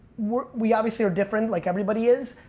we obviously are different, like everybody is.